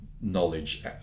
knowledge